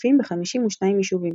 סניפים ב-52 יישובים.